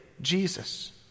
Jesus